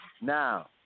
Now